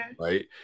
Right